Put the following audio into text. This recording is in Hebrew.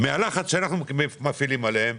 מהלחץ שאנחנו מפעילים עליהם